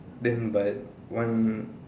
then but one